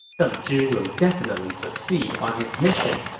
deng zhi will definitely succeed on his mission.